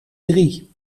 drie